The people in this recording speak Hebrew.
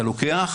אתה לוקח,